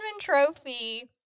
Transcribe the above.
Trophy